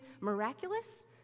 miraculous